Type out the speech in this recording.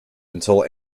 until